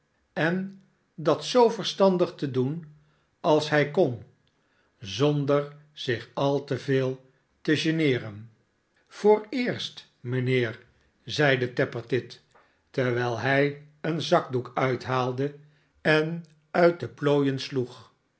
en dat zoo verstandig te doen als hij kon zonder zich al te veel te geneeren vooreerst mijnheer zeide tappertit terwijl hij een zakdoek uithaalde en uit de plooien sloeg